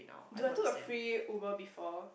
dude I took a free Uber before